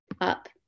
up